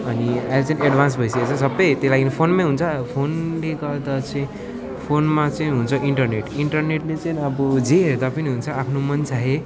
अनि अहिले चाहिँ एड्भान्स भइसकेछ सबै त्यही लागि फोनमै हुन्छ फोनले गर्दा चाहिँ फोनमा चाहिँ हुन्छ इन्टर्नेट इन्टर्नेटले चाहिँ अब जे हेर्दा पनि हुन्छ आफ्नो मन चाहे